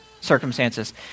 circumstances